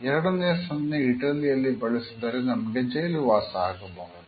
ಎರಡನೇ ಸನ್ನೆ ಇಟಲಿಯಲ್ಲಿ ಬಳಸಿದರೆ ನಮಗೆ ಜೈಲುವಾಸ ಆಗಬಹುದು